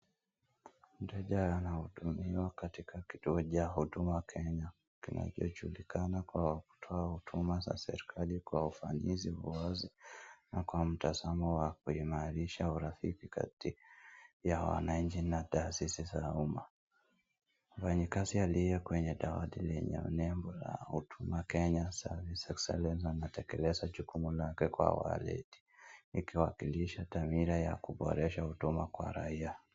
Mteja anatumia katika kituo cha huduma Kenya, kinachojulikana kwa kutoa huduma za serikali kwa ufanyizi, uwazi na kwa mtazamo wa kuimarisha urafiki kati ya wananchi na taasisi za umma. Mfanyakazi aliye kwenye dawati lenye nembo la huduma Kenya, sasa akieleza na kutekeleza jukumu lake kwa waleti, ikiwakilisha dhamira ya kuboresha huduma kwa raia.